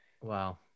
Wow